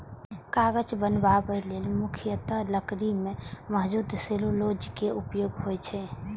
कागज बनबै लेल मुख्यतः लकड़ी मे मौजूद सेलुलोज के उपयोग होइ छै